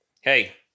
Hey